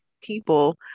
people